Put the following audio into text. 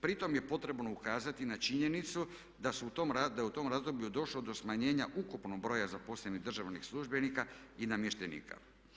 Pritom je potrebno ukazati na činjenicu da je u tom razdoblju došlo do smanjenja ukupnog broja zaposlenih državnih službenika i namještenika.